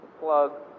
plug